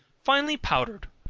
finely powdered,